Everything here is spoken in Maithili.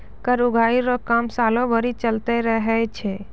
कर उगाही रो काम सालो भरी चलते रहै छै